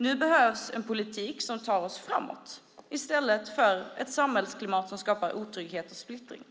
Nu behövs en politik som tar oss framåt i stället för ett samhällsklimat som skapar otrygghet och splittring.